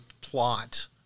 plot